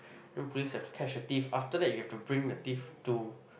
then police have to catch the thief after that you have to bring the thief to